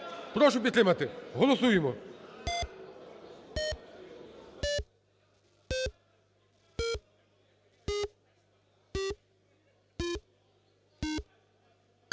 Прошу підтримати, голосуємо.